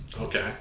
Okay